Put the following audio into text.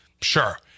Sure